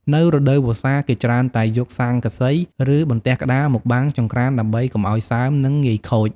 នៅរដូវវស្សា គេច្រើនតែយកស័ង្កសី ឬ បន្ទះក្ដារមកបាំងចង្រ្កានដើម្បីឱ្យកុំឱ្យសើម និងងាយខូច។